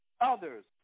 Others